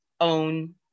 own